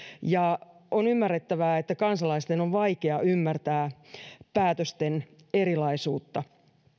ja on ymmärrettävää että kansalaisten on vaikea ymmärtää päätösten erilaisuutta